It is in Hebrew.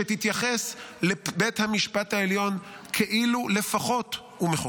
שתתייחס לבית המשפט העליון כאילו לפחות הוא מחוקק,